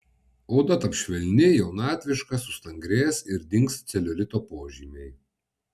oda taps švelni jaunatviška sustangrės ir dings celiulito požymiai